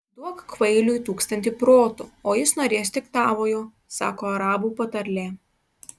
duok kvailiui tūkstantį protų o jis norės tik tavojo sako arabų patarlė